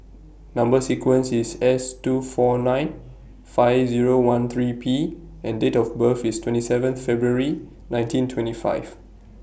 Number sequence IS S two four nine five Zero one three P and Date of birth IS twenty seven February nineteen twenty five